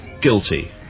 guilty